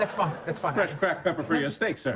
that's fine that's fine fresh cracked pepper for your steak? so